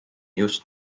just